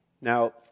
Now